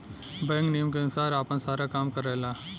bank नियम के अनुसार आपन सारा काम करला